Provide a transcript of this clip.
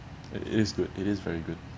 it is good it is very good